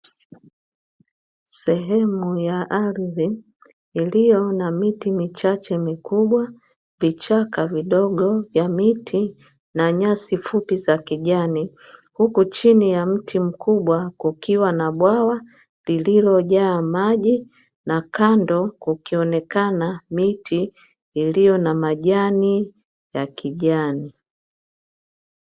Sehemu ya ardhi iliyo na miti michache mikubwa vichaka vidogo vya miti na nyasi fupi za kijani, huku chini ya mti mkubwa kukiwa na bwawa lililojaa maji na kando kukionekana miti iliyo na majani ya kijani.